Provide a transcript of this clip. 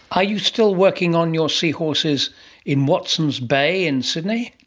are you still working on your seahorses in watsons bay in sydney?